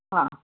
ಹಾಂ